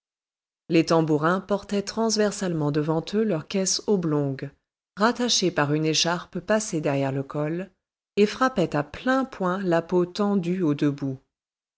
les tambourins portaient transversalement devant eux leur caisse oblongue rattachée par une écharpe passée derrière leur col et frappaient à pleins poings la peau tendue aux deux bouts